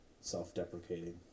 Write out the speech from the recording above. self-deprecating